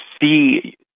see